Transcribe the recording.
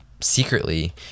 secretly